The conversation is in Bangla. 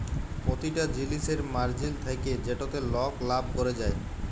পতিটা জিলিসের মার্জিল থ্যাকে যেটতে লক লাভ ক্যরে যায়